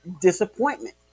disappointment